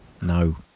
No